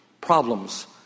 problems